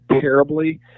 terribly